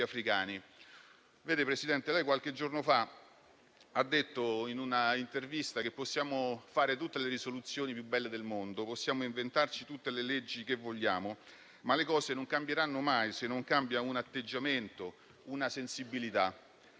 Presidente, lei qualche giorno fa ha detto in un'intervista che possiamo approvare tutte le risoluzioni più belle del mondo, possiamo inventarci tutte le leggi che vogliamo, ma le cose non cambieranno mai se non cambia un atteggiamento, una sensibilità.